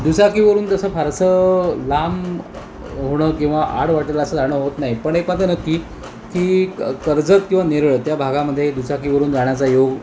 दुचाकीवरून जसं फारसं लांब होणं किंवा आड वाटेला असं जाणं होत नाही पण एक मात्र नक्की की क कर्जत किंवा नेरळ त्या भागामध्ये दुचाकीवरून जाण्याचा योग